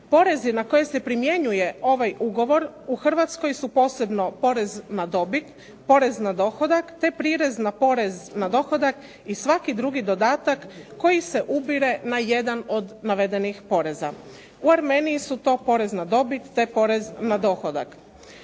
Porezi na koje se primjenjuje ovaj ugovor u Hrvatskoj su posebno porez na dobit, porez na dohodak, te prirez na porez na dohodak, i svaki drugi dodatak koji se ubire na jedan od navedenih poreza. U Armeniji su to porez na dobit, te porez na dohodak.